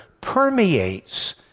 permeates